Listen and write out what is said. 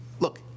Look